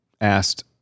asked